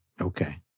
Okay